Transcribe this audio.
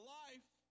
life